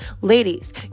Ladies